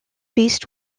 beast